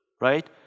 right